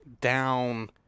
down